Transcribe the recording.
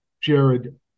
Jared